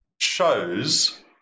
shows